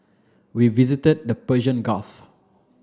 we visited the Persian Gulf